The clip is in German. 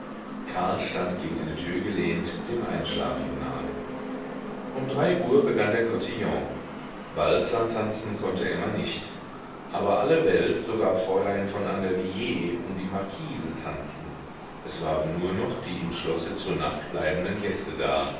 karl stand gegen eine tür gelehnt dem einschlafen nahe um drei uhr begann der kotillon walzer tanzen konnte emma nicht aber alle welt sogar fräulein von andervilliers und die marquise tanzten es waren nur noch die im schlosse zur nacht bleibenden gäste da